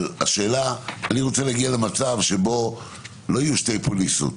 אני רוצה להגיע למצב שבו לא יהיו שתי פוליסות,